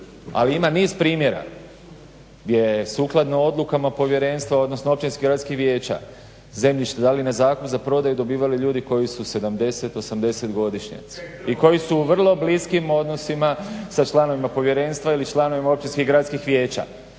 Ali ima niz primjera gdje je sukladno odlukama povjerenstva, odnosno općinskih gradskih vijeća zemljište dali na zakup za prodaju i dobivali ljudi koji su 70, 80-godišnjaci i koji su u vrlo bliskim odnosima sa članovima povjerenstva ili članovima općinskih gradskih vijeća.